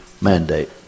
mandate